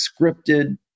scripted